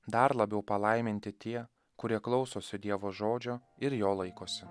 dar labiau palaiminti tie kurie klausosi dievo žodžio ir jo laikosi